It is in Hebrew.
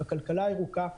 הכלכלה הירוקה,